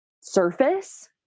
surface